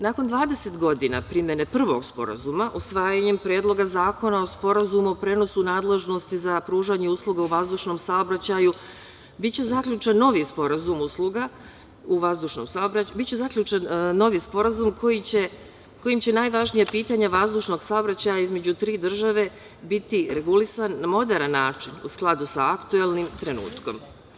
Nakon 20 godina primene prvog Sporazuma, usvajanjem Predloga zakona o Sporazumu o prenosu nadležnosti za pružanje usluga u vazdušnom saobraćaju biće zaključen novi sporazum kojim će najvažnija pitanja vazdušnog saobraćaja između tri države biti regulisan na moderan način u skladu sa aktuelnim trenutkom.